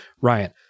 Ryan